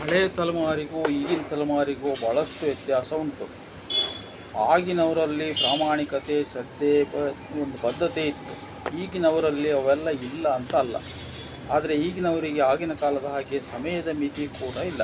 ಹಳೆಯ ತಲೆಮಾರಿಗೂ ಈಗಿನ ತಲೆಮಾರಿಗೂ ಭಾಳಷ್ಟು ವ್ಯತ್ಯಾಸ ಉಂಟು ಆಗಿನವರಲ್ಲಿ ಪ್ರಾಮಾಣಿಕತೆ ಶ್ರದ್ಧೆ ಪ್ರತಿಯೊಂದು ಪದ್ಧತಿ ಇತ್ತು ಈಗಿನವರಲ್ಲಿ ಅವೆಲ್ಲ ಇಲ್ಲ ಅಂತ ಅಲ್ಲ ಆದರೆ ಈಗಿನವರಿಗೆ ಆಗಿನ ಕಾಲದ ಹಾಗೆ ಸಮಯದ ಮಿತಿ ಕೂಡ ಇಲ್ಲ